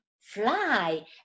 fly